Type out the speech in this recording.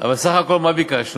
אבל סך הכול מה ביקשנו?